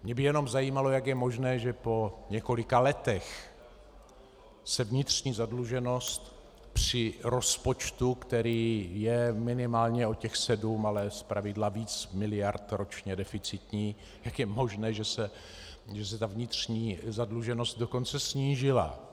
Mě by jenom zajímalo, jak je možné, že po několika letech se vnitřní zadluženost při rozpočtu, který je minimálně o těch sedm, ale zpravidla víc miliard ročně deficitní, se ta vnitřní zadluženost dokonce snížila.